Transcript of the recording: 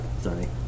Sorry